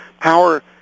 power